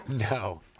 No